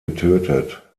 getötet